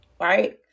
right